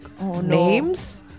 Names